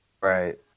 Right